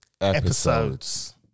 episodes